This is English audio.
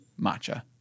matcha